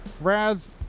Raz